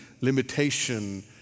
limitation